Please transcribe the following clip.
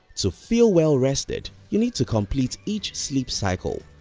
so feel well rested you need to complete each sleep cycle,